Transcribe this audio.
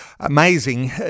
amazing